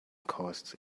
costs